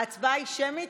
ההצבעה היא שמית?